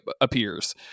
appears